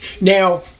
Now